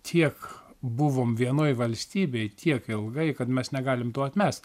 tiek buvom vienoj valstybėj tiek ilgai kad mes negalim to atmest